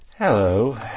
Hello